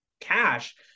cash